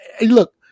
look